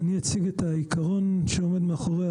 אני אציג את העיקרון שעומד מאחורי